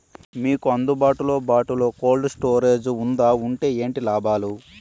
మీకు అందుబాటులో బాటులో కోల్డ్ స్టోరేజ్ జే వుందా వుంటే ఏంటి లాభాలు?